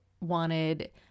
wanted